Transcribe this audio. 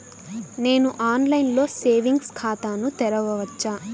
నేను ఆన్లైన్లో సేవింగ్స్ ఖాతాను తెరవవచ్చా?